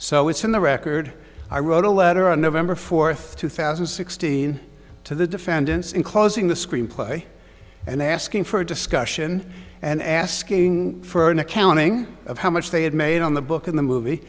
so it's in the record i wrote a letter on november fourth two thousand and sixteen to the defendants in closing the screenplay and asking for discussion and asking for an accounting of how much they had made on the book in the movie